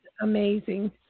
amazing